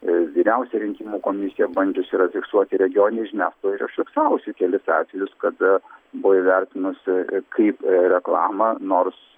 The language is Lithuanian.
vyriausioji rinkimų komisija bandžiusi yra fiksuoti regioninė žiniasklaida yra užfiksavusi kelis atvejus kada buvo įvertinusi kaip reklamą nors